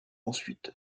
ensuite